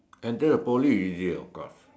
enter Poly easier of course